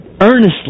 earnestly